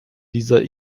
dieser